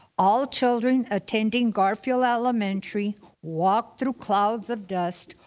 all children attending garfield elementary walk through clouds of dust,